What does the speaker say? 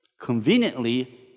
conveniently